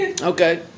okay